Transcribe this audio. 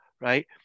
right